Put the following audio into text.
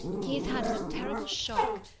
he has had some terrible shock,